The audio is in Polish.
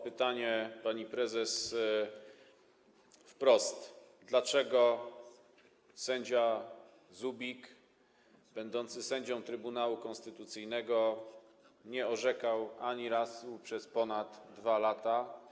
Pytanie, pani prezes, wprost: Dlaczego sędzia Zubik, będący sędzią Trybunału Konstytucyjnego, nie orzekał ani razu przez ponad 2 lata?